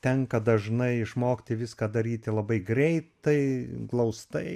tenka dažnai išmokti viską daryti labai greitai glaustai